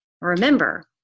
Remember